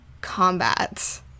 combat